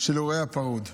לאירועי הפרהוד.